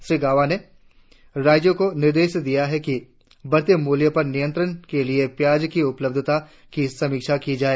श्री गाबा ने राज्यों को निर्देश दिया कि बढ़ते मुल्यों पर नियंत्रण के लिए प्याज की उपलब्धता की समिक्षा की जाए